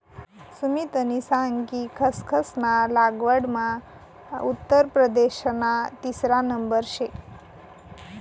सुमितनी सांग कि खसखस ना लागवडमा उत्तर प्रदेशना तिसरा नंबर शे